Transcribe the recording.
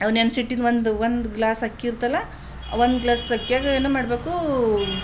ಅವು ನೆನ್ಸಿಟ್ಟಿದ್ದು ಒಂದು ಒಂದು ಗ್ಲಾಸ್ ಅಕ್ಕಿ ಇರತ್ತಲ್ಲ ಒಂದು ಗ್ಲಾಸ್ ಅಕ್ಕಿಯಾಗ ಏನು ಮಾಡಬೇಕು